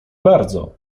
bardzo